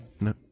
no